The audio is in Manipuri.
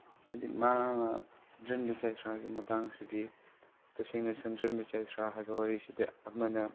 ꯍꯥꯏꯗꯤ ꯁꯟꯗ꯭ꯔꯦꯝꯕꯤ ꯆꯩꯁ꯭ꯔꯥꯒꯤ ꯃꯇꯥꯡꯁꯤꯗꯤ ꯇꯁꯦꯡꯅ ꯁꯟꯗ꯭ꯔꯦꯝꯕꯤ ꯆꯩꯁ꯭ꯔꯥ ꯍꯥꯏꯕ ꯋꯥꯔꯤꯁꯤꯗꯤ ꯑꯃꯅ